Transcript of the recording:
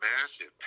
massive